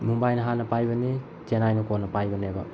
ꯃꯨꯝꯕꯥꯏꯅ ꯍꯥꯟꯅ ꯄꯥꯏꯕꯅꯤ ꯆꯦꯟꯅꯥꯏꯅ ꯀꯣꯟꯅ ꯄꯥꯏꯕꯅꯦꯕ